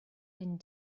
and